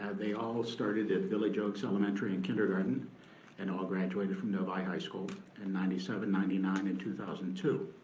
ah they all started at village oaks elementary in kindergarten and all graduated from novi high school in ninety seven, ninety nine and two thousand and